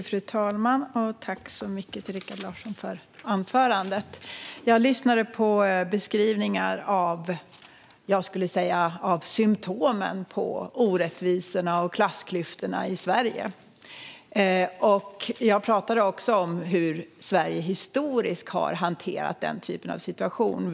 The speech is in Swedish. Fru talman! Tack, Rikard Larsson, för anförandet! Jag lyssnade på beskrivningar av symtomen, skulle jag säga, på orättvisorna och klassklyftorna i Sverige. Jag talade också om hur Sverige historiskt har hanterat den typen av situationer.